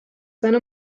seine